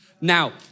Now